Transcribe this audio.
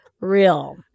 real